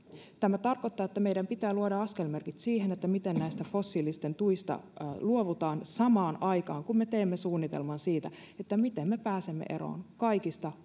tämä tarkoittaa että meidän pitää luoda askelmerkit siihen miten näistä fossiilisten tuista luovutaan samaan aikaan kun me teemme suunnitelman siitä miten me pääsemme eroon kaikista